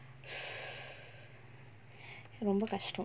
ரொம்ப கஷ்டோ:romba kashto